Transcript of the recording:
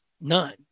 none